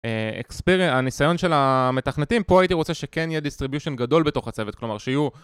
הניסיון של המתכנתים, פה הייתי רוצה שכן יהיה distribution גדול בתוך הצוות, כלומר שיהיו...